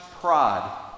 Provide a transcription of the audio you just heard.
pride